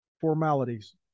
formalities